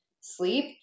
sleep